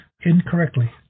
incorrectly